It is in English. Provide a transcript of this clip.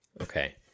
Okay